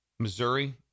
Missouri